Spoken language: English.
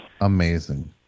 amazing